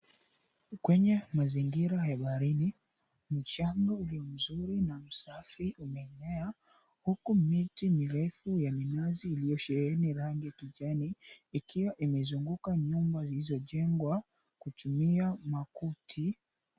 Kwenye mazingira ya baharini, mchanga ulio mzuri na msafi umeenea huku miti mirefu ya minazi, iliyosheheni rangi ya kijani ikiwa imezunguka nyumba zilizojengwa kutumia makuti.